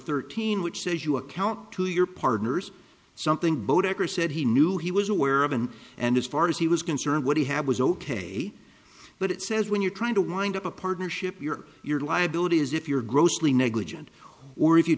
thirteen which says you account to your partners something beau decker said he knew he was aware of and and as far as he was concerned what he had was ok but it says when you're trying to wind up a partnership your your liability is if you're grossly negligent or if you